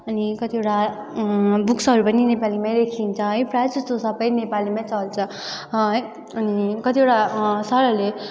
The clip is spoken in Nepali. अनि कतिवटा बुक्सहरू पनि नेपालीमै लेखिन्छ है प्रायः जस्तो सबै नेपालीमै चल्छ है अनि कतिवटा सरहरूले